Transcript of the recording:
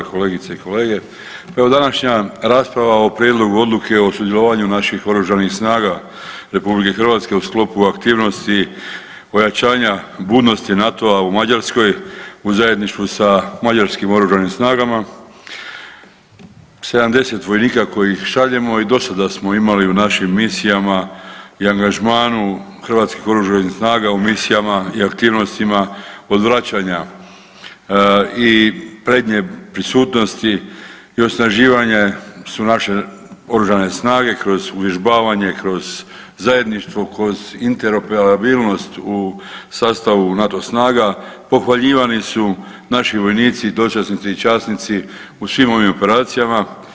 Kolegice i kolege, pa evo današnja rasprava o Prijedlogu Odluke o sudjelovanju naših Oružanih snaga RH u sklopu aktivnosti ojačanja budnosti NATO-a u Mađarskoj u zajedništvu sa mađarskim oružanim snagama, 70 vojnika kojih šaljemo i dosada smo imali u našim misijama i angažmanu Hrvatskih oružanih snaga u misijama i aktivnostima odvraćanja i prednje prisutnosti i osnaživane su naše oružane snage kroz uvježbavanje, kroz zajedništvo, kroz interoperabilnost u sastavu NATO snaga, pohvaljivani su naši vojnici, dočasnici i časnici u svim ovim operacijama.